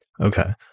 Okay